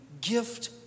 gift